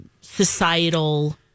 societal